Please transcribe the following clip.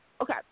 okay